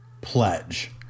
Pledge